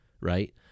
right